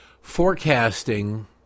forecasting –